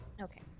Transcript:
Okay